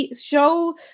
show